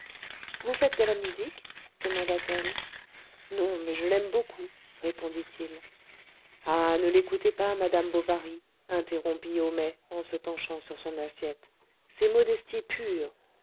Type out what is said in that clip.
vous faites de la musique demanda-t-elle non mais je l'aime beaucoup répondit-il ah ne l'écoutez pas madame bovary interrompit homais en se penchant sur son assiette c'est modestie pure